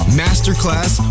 masterclass